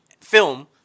film